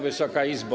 Wysoka Izbo!